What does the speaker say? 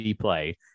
play